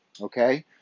okay